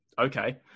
Okay